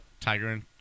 Tiger